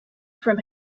from